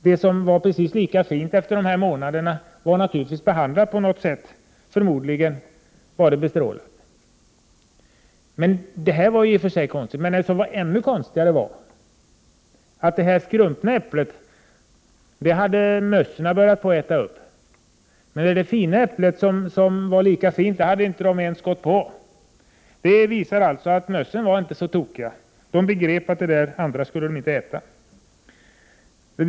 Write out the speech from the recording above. Det som var precis lika fint efter tre månader var naturligtvis behandlat på något sätt; förmodligen var det bestrålat. Det var i och för sig konstigt att äpplena var så olika, men ännu konstigare var att det skrumpna äpplet hade mössen börjat äta av. Men det äpple som fortfarande var lika fint hade mössen inte ens rört. Det visar att mössen inte var så tokiga. De begrep att de inte skulle äta av det fina äpplet.